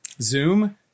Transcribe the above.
Zoom